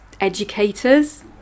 educators